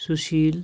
Sushil